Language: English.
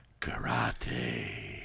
Karate